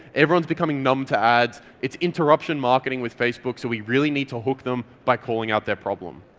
everyone's becoming numb to ads, its interruption marketing with facebook, so we really need to hook them by calling out their problem.